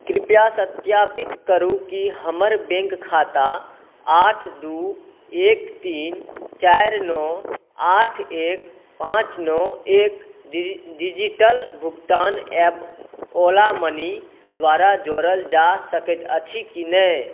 कृपया सत्यापित करू कि हमर बैँक खाता आठ दुइ एक तीन चारि नओ आठ एक पाँच नओ एक डिजिटल भुगतान ऐप ओला मनी द्वारा जोड़ल जा सकैत अछि कि नहि